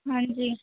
ਹਾਂਜੀ